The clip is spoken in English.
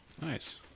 Nice